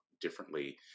differently